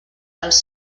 dels